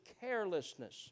carelessness